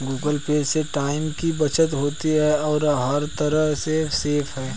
Google Pay से time की बचत होती है और ये हर तरह से सेफ है